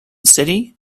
city